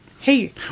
Hey